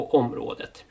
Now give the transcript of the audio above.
området